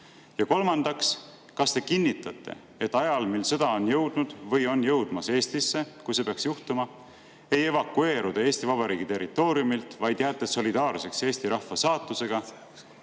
Ja kolmandaks: kas te kinnitate, et ajal, mil sõda on jõudnud või jõudmas Eestisse, kui see peaks juhtuma, ei evakueeru te Eesti Vabariigi territooriumilt, vaid jääte solidaarseks Eesti rahva saatusega,